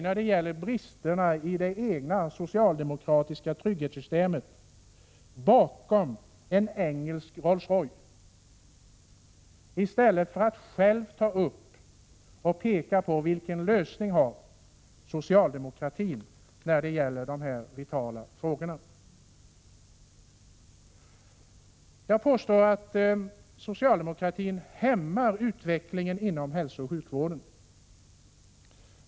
När det gällde bristerna i det socialdemokratiska trygghetssystemet försökte han gömma sig bakom en engelsk Rolls Royce i stället för att själv visa på vilken lösning socialdemokratin har att föreslå i dessa vitala frågor. Jag påstår att socialdemokratin hämmar utvecklingen inom hälsooch sjukvården.